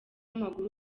w’amaguru